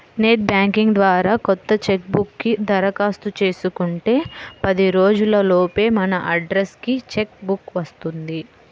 net banking ద్వారా కొత్త cheque book కి దరఖాస్తు చేసుకుంటే పది రోజుల లోపే మన అడ్రస్ కి చెక్ బుక్ వస్తుంది